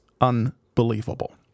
unbelievable